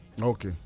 Okay